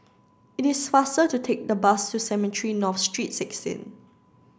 it is faster to take the bus to Cemetry North Street sixteen